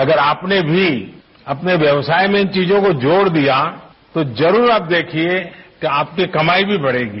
अगर आपने भी अपने व्यवसाय में इन चीजों को जोड़ दिया तो जरूर आप देखिये कि आपकी कमाई भी बढ़ेगी